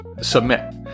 submit